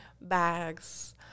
bags